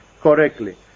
correctly